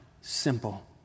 simple